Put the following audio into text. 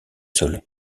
sol